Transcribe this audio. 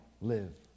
live